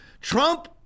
Trump